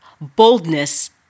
boldness